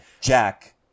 Jack